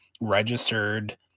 registered